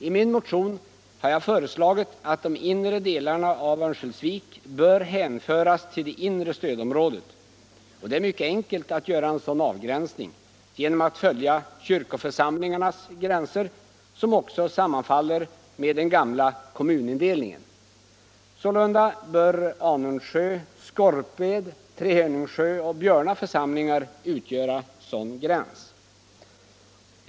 I min motion har jag föreslagit att de inre delarna av Örnsköldsvik skall hänföras till det inre stödområdet. Det är mycket enkelt att göra en sådan avgränsning genom att följa kyrkoförsamlingarnas gränser, som också sammanfaller med den gamla kommunindelningen. Sålunda bör gränsen till Anundsjö, Skorped, Trehörningsjö och Björna församlingar utgöra sådan gräns.